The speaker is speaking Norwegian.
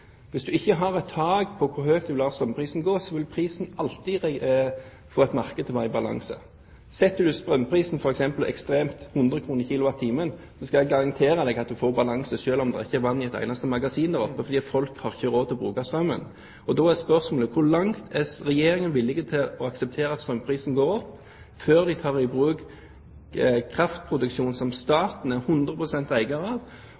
Hvis du bruker prismekanismen – som er normalt i et balansert marked, og Fremskrittspartiet støtter det – i et marked i ubalanse, og Regjeringen sier at prismekanismen skal løse dette, uten et tak på hvor høyt du lar strømprisen gå, vil prisen alltid få et marked til å være i balanse. Setter du strømprisen til noe ekstremt – f.eks. 100 kr. pr. kWh – skal jeg garantere at du får balanse selv om det ikke er vann i et eneste magasin der oppe, for folk har ikke råd til å bruke strømmen. Da er spørsmålet: Hvor mye er Regjeringen villig til